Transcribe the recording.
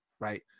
right